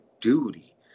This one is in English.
duty